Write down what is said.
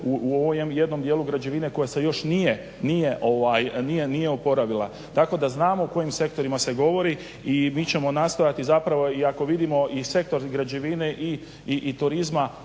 jednom dijelu građevine koja se još nije oporavila. Tako da znamo o kojim sektorima se govori i mi ćemo nastojati i ako vidimo sektor građevine i turizma